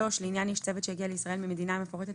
לעניין איש צוות שהגיע לישראל ממדינה המפורטת